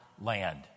land